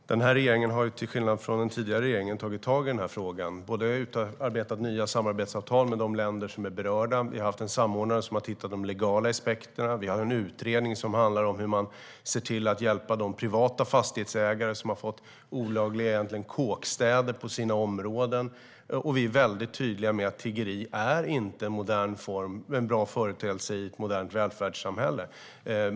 Fru talman! Den här regeringen har till skillnad från den tidigare regeringen tagit tag i den här frågan och både utarbetat nya samarbetsavtal med de länder som är berörda och haft en samordnare som har tittat på de legala aspekterna. Vi har en utredning som handlar om hur man kan hjälpa de privata fastighetsägare som har fått olagliga kåkstäder på sina områden, och vi är väldigt tydliga med att tiggeri inte är en bra företeelse i ett modernt välfärdssamhälle.